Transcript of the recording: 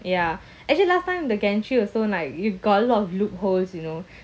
ya actually last time the gantry also like it got a lot of loopholes you know